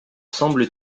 semble